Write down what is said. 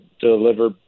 deliver